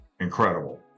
incredible